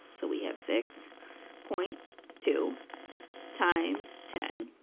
so we have six point two times ten.